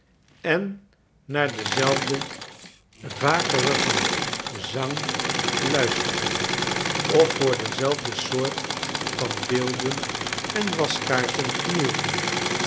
en naar denzelfden vakerigen zang luisterden of voor dezelfde soort van beelden en waskaarsen knielden